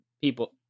people